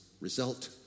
result